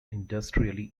industrially